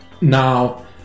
Now